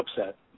upset